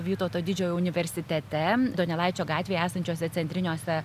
vytauto didžiojo universitete donelaičio gatvėje esančiuose centriniuose